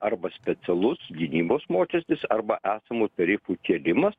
arba specialus gynybos mokestis arba esamų tarifų kėlimas